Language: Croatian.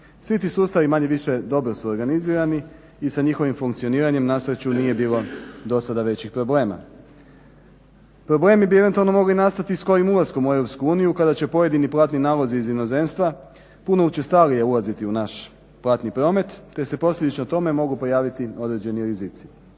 Svi ti sustavi manje-više dobru su organizirani i sa njihovim funkcioniranjem na sreću nije bilo do sada većih problema. Problemi bi eventualno mogli nastati skorim ulaskom u Europsku uniju kada će pojedini platni nalozi iz inozemstva puno učestalije ulaziti u naš platni promet te se posljedično tome mogu pojaviti određeni rizici.